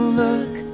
look